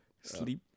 sleep